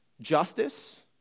justice